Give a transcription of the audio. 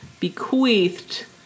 bequeathed